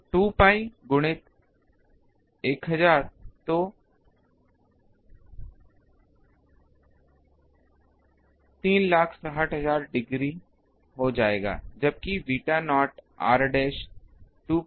तो 2 pi गुणित 1000 तो 3 60000 डिग्री हो जाएगा जबकि beta nought r dash 2 pi गुणित 1000 है